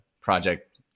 project